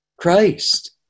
Christ